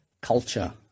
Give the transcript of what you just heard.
culture